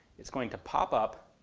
it's going to pop up,